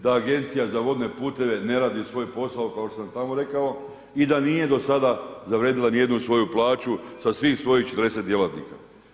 Da agencija za vodne puteve ne radi svoj posao, kao što sam tamo rekao, i da nije do sada zavrijedila ni jednu svoju plaću, sa svih svojih 40 djelatnika.